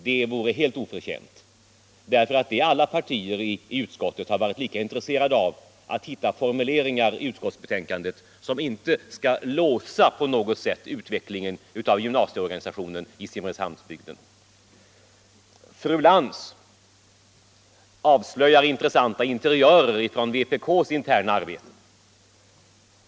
Det vore helt oförtjänt, för alla partier i utskottet har varit lika intresserade av att finna formuleringar i utskottsbetänkandet som inte på något sätt skall låsa utvecklingen av gymnasieorganisationen i Simrishamnsbygden. Fru Lantz avslöjar intressanta interiörer från vpk:s interna arbete.